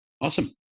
Awesome